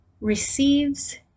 receives